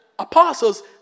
Apostles